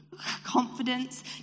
confidence